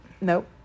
Nope